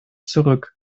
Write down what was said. zurück